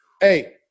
Hey